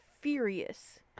furious